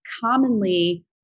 commonly